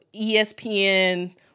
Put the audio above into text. ESPN